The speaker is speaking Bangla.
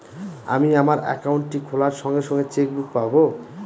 আমি আমার একাউন্টটি খোলার সঙ্গে সঙ্গে চেক বুক পাবো?